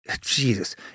Jesus